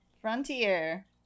Frontier